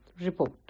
Report